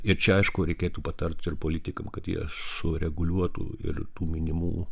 ir čia aišku reikėtų patart ir politikam kad jie sureguliuotų ir tų minimų